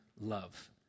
love